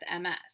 MS